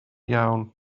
iawn